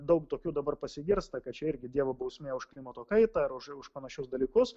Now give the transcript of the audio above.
daug tokių dabar pasigirsta kad čia irgi dievo bausmė už klimato kaitą ir už už panašius dalykus